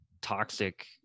toxic